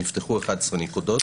נפתחו 11 נקודות.